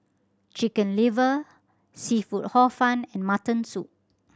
Chicken Liver seafood Hor Fun and mutton soup